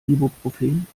ibuprofen